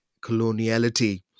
coloniality